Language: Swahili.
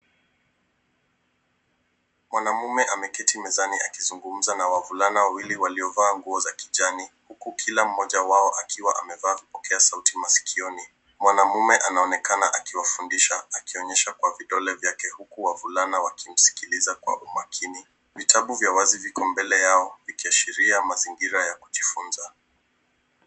Mwanamume ameketi mezani akizungumza na wavulana wawili waliovaa nguo za kijani huku kila mmoja wao akiwa amevaa vipokea sauti masikioni. Mwanamume anaonekana akiwafundisha akionyesha kwa vidole vyake huku wavulana wakimsikiliza kwa umakini. Vitabu vya wazi viko mbele yao, vikiashiria mazingira ya kujifunza.